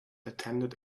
attended